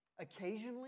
Occasionally